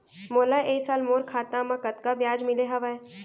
मोला ए साल मोर खाता म कतका ब्याज मिले हवये?